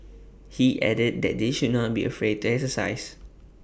he added that they should not be afraid to exercise